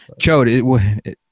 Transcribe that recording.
Chode